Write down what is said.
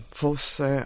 fosse